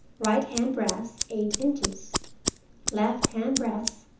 right-hand brass, eight inches left-hand brass,